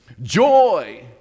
Joy